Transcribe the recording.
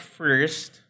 first